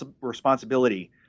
responsibility